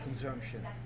consumption